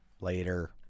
later